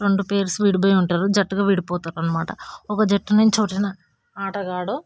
రెండు పెయిర్స్ విడిపోయి ఉంటారు జట్టుగా విడిపోతారు అన్నమాట ఒక జట్టు నుంచి వచ్చిన ఆటగాడు